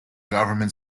government